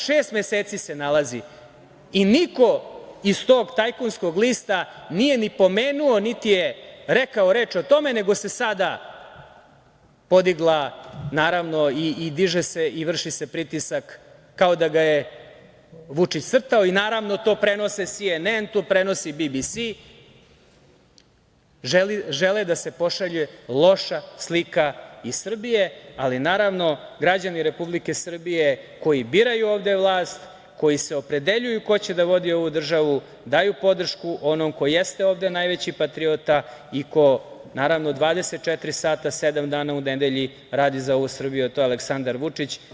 Šest meseci se nalazi i niko iz tog tajkunskog lista nije ni pomenuo, niti je rekao reč o tome, nego se sada podigla i diže se i vrši se pritisak kao da ga je Vučić crtao i naravno to prenosi SNN, BBS, žele da se pošalje loša slika iz Srbije, ali naravno građani Republike Srbije koji biraju ovde vlast, koji se opredeljuju ko će da vodi ovu državu, daju podršku onom koji jeste ovde najveći patriota i ko 24 sata sedam dana u nedelji radi za ovu Srbiju, a to je Aleksandar Vučić.